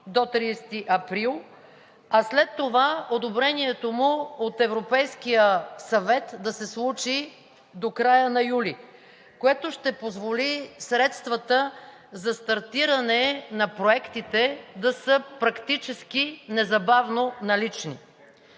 до 30 април, а след това одобряването му от Европейския съвет да се случи до края на юли, което ще позволи средствата за стартиране на проектите да са практически незабавно налични.